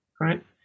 right